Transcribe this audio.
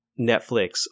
Netflix